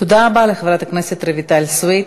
תודה רבה לחברת הכנסת רויטל סויד.